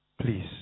Please